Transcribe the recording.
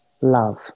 love